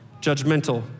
judgmental